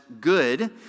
good